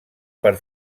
per